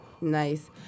Nice